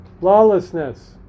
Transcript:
lawlessness